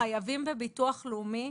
החייבים בביטוח לאומי,